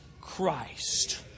Christ